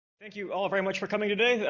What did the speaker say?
thank you all very much for coming today.